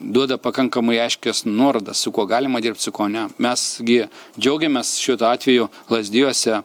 duoda pakankamai aiškias nuorodas su kuo galima dirbt su kuo ne mes gi džiaugiamės šituo atveju lazdijuose